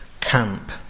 camp